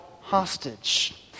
hostage